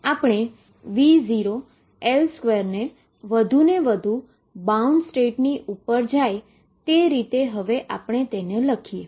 આપણે V0L2 વધુ ને વધુ બાઉન્ડ સ્ટેટની ઉપર જાય છે તે રીતે લખીએ